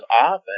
often